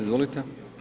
Izvolite.